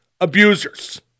abusers